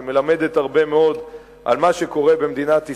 שמלמדת הרבה מאוד על מה שקורה היום במדינת ישראל,